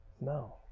No